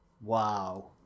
Wow